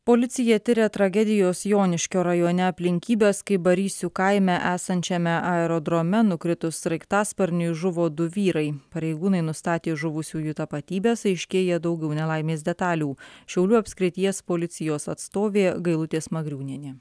policija tiria tragedijos joniškio rajone aplinkybes kai barysių kaime esančiame aerodrome nukritus sraigtasparniui žuvo du vyrai pareigūnai nustatė žuvusiųjų tapatybes aiškėja daugiau nelaimės detalių šiaulių apskrities policijos atstovė gailutė smagriūnienė